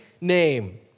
name